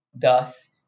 thus